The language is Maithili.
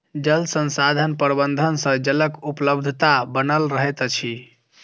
जल संसाधन प्रबंधन सँ जलक उपलब्धता बनल रहैत अछि